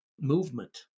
movement